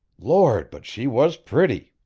lord, but she was pretty!